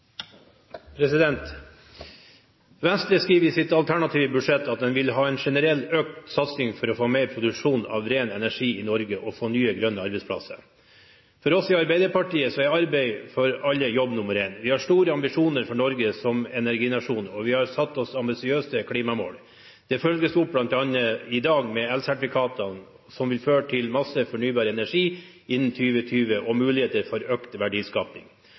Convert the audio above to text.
Venstre skriver i sitt alternative budsjett at de vil ha en generell økt satsing for å få mer produksjon av ren energi i Norge og få nye grønne arbeidsplasser. For oss i Arbeiderpartiet er arbeid for alle jobb nummer én. Vi har store ambisjoner for Norge som energinasjon, og vi har satt oss ambisiøse klimamål. Det følges opp bl.a. i dag med elsertifikatene, som vil føre til masse fornybar energi innen 2020 og muligheter for økt verdiskaping.